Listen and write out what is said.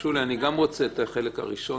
שולי, גם אני רוצה את החלק הראשון.